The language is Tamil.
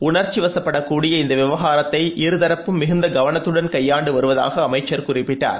உணர்ச்சிவசப்படக் கூடிய இந்த விவகாரத்தை இரு தரப்பும் மிகுந்த கவனத்தடன் கையாண்டு வருவதாக அமைச்சர் குறிப்பிட்டார்